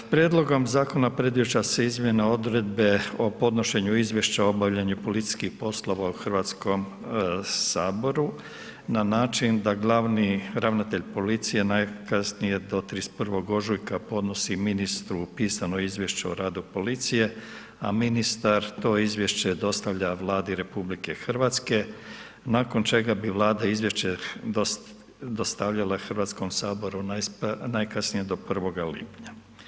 Prijedlogom zakona, predviđa se izmjena odredbe o podnošenju izvješća o obavljanju policijskih poslova u Hrvatskom saboru, na način da glavni ravnatelj policije najkasnije do 31. ožujka, podnosi ministru pisano izvješće o radu policije, a ministar to izvješće dostavlja Vladi RH, nakon čega bi Vlada izvješće dostavila Hrvatskom saboru najkasnije do 1. lipnja.